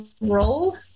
role